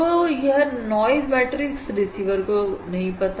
तो यह noise matrix receiver को नहीं पता